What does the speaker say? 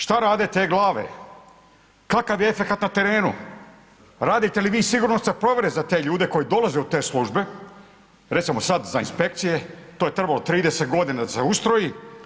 Šta rade te glave, kakav je efekat na terenu, radite li vi sigurnosne provjere za te ljude koji dolaze u te službe, recimo sad za inspekcije, to je trebalo 30 godina da se ustroji.